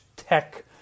tech